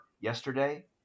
yesterday